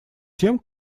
тем